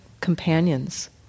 companions